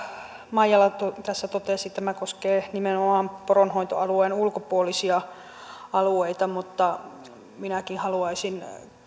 maijala tässä totesi tämä koskee nimenomaan poronhoitoalueen ulkopuolisia alueita mutta minäkin haluaisin